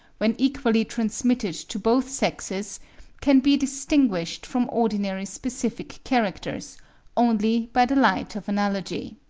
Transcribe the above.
when equally transmitted to both sexes can be distinguished from ordinary specific characters only by the light of analogy.